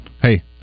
Hey